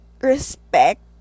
respect